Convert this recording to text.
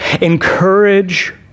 Encourage